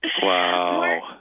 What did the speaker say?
Wow